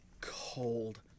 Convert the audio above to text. cold